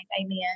amen